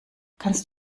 kannst